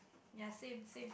ya same same